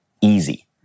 easy